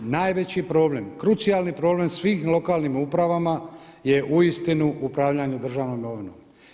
Najveći problem, krucijalni problem svih lokalnim upravama je uistinu upravljanje državnom imovinom.